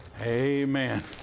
Amen